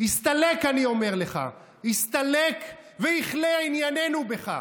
הסתלק, אני אומר לך, הסתלק ויכלה ענייננו בך.